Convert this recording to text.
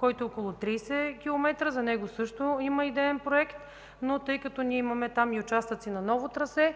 който е около 30 км. За него също има идеен проект, но тъй като ние имаме там и участъци на ново трасе,